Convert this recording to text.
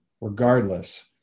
regardless